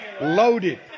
loaded